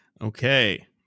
Okay